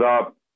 up